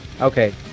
Okay